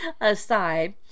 aside